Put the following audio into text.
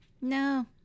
No